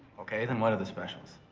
ok, then what are the specials?